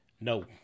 No